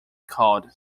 called